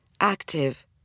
active